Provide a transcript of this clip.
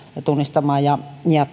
tunnistamaan ja ja